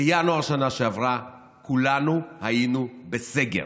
בינואר בשנה שעברה כולנו היינו בסגר,